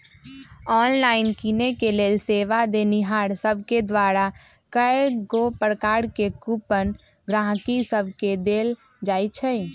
online किनेके लेल सेवा देनिहार सभके द्वारा कएगो प्रकार के कूपन गहकि सभके देल जाइ छइ